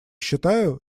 считаю